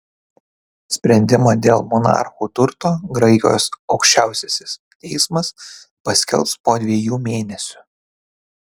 sprendimą dėl monarchų turto graikijos aukščiausiasis teismas paskelbs po dviejų mėnesių